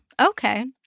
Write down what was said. okay